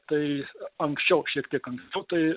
tai anksčiau šiek tiek anksčiau tai